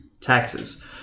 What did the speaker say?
taxes